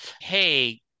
hey